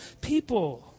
people